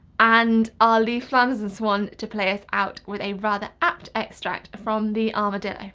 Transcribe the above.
and i'll leave flanders and swann to play us out with a rather apt. extract from the um and